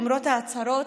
למרות ההצהרות,